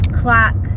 clock